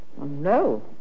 no